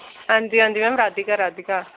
हां जी हां जी मैम राधिका राधिका